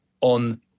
on